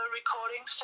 recording